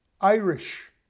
Irish